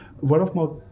Word-of-mouth